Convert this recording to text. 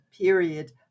period